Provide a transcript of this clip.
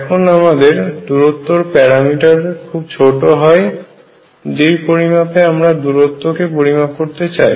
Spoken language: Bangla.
এখন আমদের দূরত্বের প্যারামিটার খুব ছোটো হয় যেই পরিমাপে আমরা দূরত্ব কে পরিমাপ করতে চাই